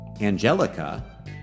Angelica